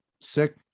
sick